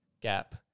gap